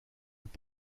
vous